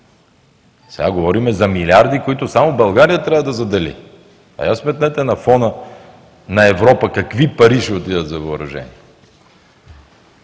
Сега говорим за милиарди, които само България трябва да задели, а я сметнете на фона на Европа какви пари ще отидат за въоръжение.